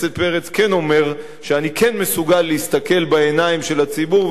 כן אומר שאני כן מסוגל להסתכל בעיניים של הציבור ולומר: כן,